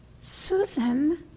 Susan